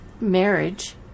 marriage